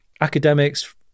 academics